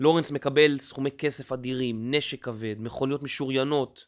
לורנס מקבל סכומי כסף אדירים, נשק כבד, מכוניות משוריינות